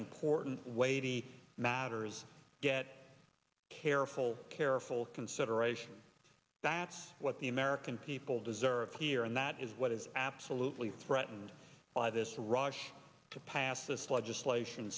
important weighty matters get careful careful consideration that's what the american people deserve here and that is what is absolutely threatened by this rush to pass this legislation